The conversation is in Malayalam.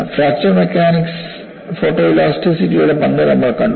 ഫ്രാക്ചർ മെക്കാനിക്സിൽ ഫോട്ടോഇലാസ്റ്റിറ്റിയുടെ പങ്ക് നമ്മൾ കണ്ടു